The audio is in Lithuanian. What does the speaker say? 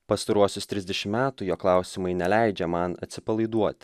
pastaruosius trisdešim metų jo klausimai neleidžia man atsipalaiduot